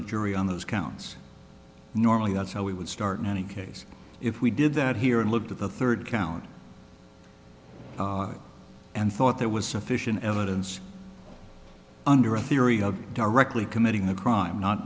the jury on those counts normally that's how we would start in any case if we did that here and looked at the third count and thought there was sufficient evidence under a theory of directly committing a crime not